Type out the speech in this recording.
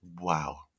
wow